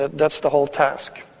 that's the whole task.